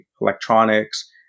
electronics